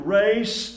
race